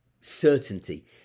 certainty